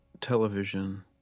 television